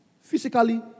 physically